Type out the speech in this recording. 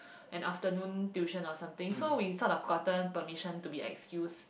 an afternoon tuition or something so we sort of gotten permission to be excused